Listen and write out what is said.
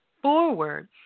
forward